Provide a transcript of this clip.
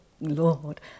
Lord